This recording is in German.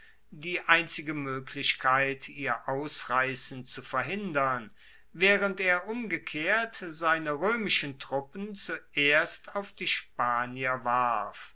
die einzige moeglichkeit ihr ausreissen zu verhindern waehrend er umgekehrt seine roemischen truppen zuerst auf die spanier warf